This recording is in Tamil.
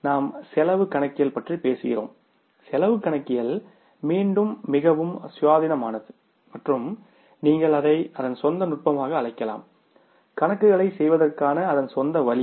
இதேபோல் நாம் செலவு கணக்கியல் பற்றி பேசுகிறோம் செலவு கணக்கியல் மீண்டும் மிகவும் சுயாதீனமானது மற்றும் நீங்கள் அதை அதன் சொந்த நுட்பமாக அழைக்கலாம் கணக்குகளை செய்வதற்கான அதன் சொந்த வழி